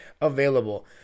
available